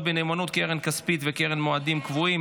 בנאמנות (קרן כספית וקרן מועדים קבועים),